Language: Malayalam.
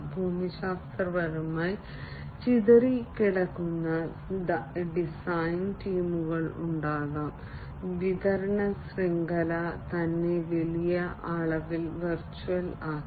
ഭൂമിശാസ്ത്രപരമായി ചിതറിക്കിടക്കുന്ന ഡിസൈൻ ടീമുകൾ ഉണ്ടാകാം വിതരണ ശൃംഖല തന്നെ വലിയ അളവിൽ വെർച്വൽ ആക്കി